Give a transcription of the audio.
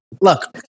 Look